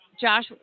Josh